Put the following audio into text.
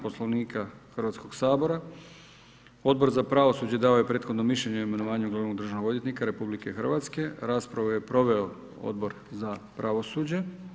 Poslovnika Hrvatskog sabora Odbor za pravosuđe dao je prethodno mišljenje o imenovanju glavnog državnog odvjetnika RH, raspravu je proveo Odbor za pravosuđe.